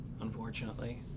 unfortunately